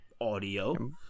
audio